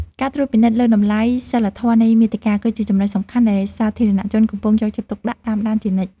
ការត្រួតពិនិត្យលើតម្លៃសីលធម៌នៃមាតិកា គឺជាចំណុចសំខាន់ដែលសាធារណជនកំពុងយកចិត្តទុកដាក់តាមដានជានិច្ច។